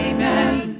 Amen